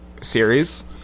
series